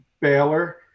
Baylor